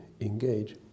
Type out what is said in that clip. engage